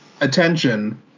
attention –